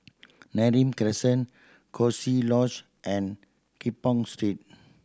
Neram Crescent Coziee Lodge and keep on Street